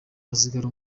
hasigara